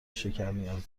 شکرنیاز